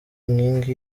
inkingi